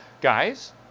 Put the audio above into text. guys